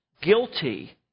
guilty